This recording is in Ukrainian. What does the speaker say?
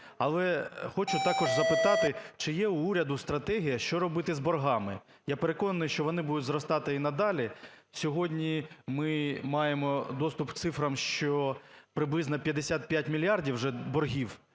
Але хочу також запитати, чи є в уряду стратегія, що робити з боргами. Я переконаний, що вони будуть зростати і надалі. Сьогодні ми маємо доступ до цифр, що приблизно п'ятдесят п'ять мільярдів вже боргів